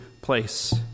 place